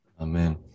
Amen